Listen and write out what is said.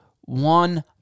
one